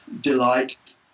delight